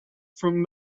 from